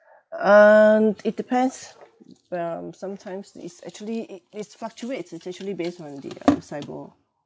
um it depends wait ah um sometimes it's actually it fluctuates it's actually based on the uh SIBOR